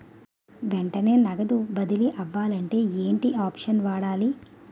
వెంటనే నగదు బదిలీ అవ్వాలంటే ఏంటి ఆప్షన్ వాడాలి?